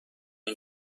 این